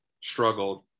Struggled